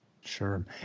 Sure